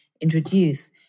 introduce